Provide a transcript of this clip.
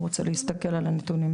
אם הוא רוצה להסתכל על הנתונים.